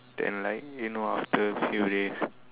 then like you know after few days